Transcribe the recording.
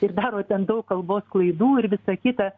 ir daro ten daug kalbos klaidų ir visa kita